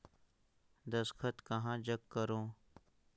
दस्खत कहा जग करो?